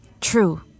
True